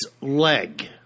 leg